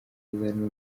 azana